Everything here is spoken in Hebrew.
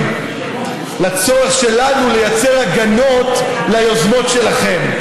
לצורך שלנו לייצר הגנות ליוזמות שלכם.